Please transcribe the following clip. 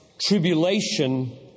tribulation